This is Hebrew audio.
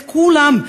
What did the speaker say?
את כולם,